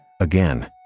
Again